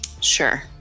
Sure